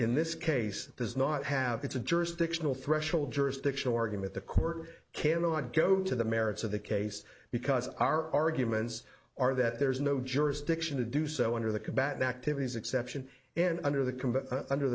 in this case does not have it's a jurisdictional threshold jurisdictional argument the court cannot go to the merits of the case because our arguments are that there is no jurisdiction to do so under the combat activities exception and under the